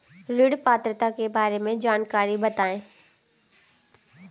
ऋण पात्रता के बारे में जानकारी बताएँ?